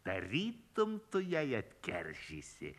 tarytum tu jai atkeršysi